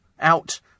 out